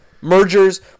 Mergers